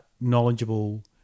knowledgeable